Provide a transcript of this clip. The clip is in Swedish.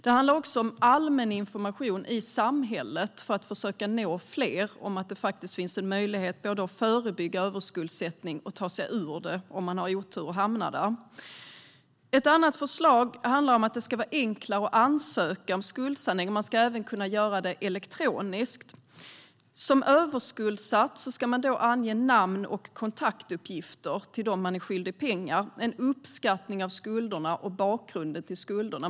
Det handlar också om att försöka nå fler med allmän information i samhället om att det faktiskt finns en möjlighet både att förebygga överskuldsättning och att ta sig ur den, om man har oturen att hamna där. Ett annat förslag handlar om att det ska vara enklare att ansöka om skuldsanering. Man ska även kunna göra det elektroniskt. Som överskuldsatt ska man då ange namn och kontaktuppgifter gällande dem man är skyldig pengar, en uppskattning av skulderna och bakgrunden till skulderna.